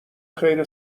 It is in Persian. خیر